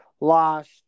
lost